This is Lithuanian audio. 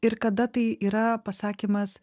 ir kada tai yra pasakymas